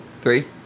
Three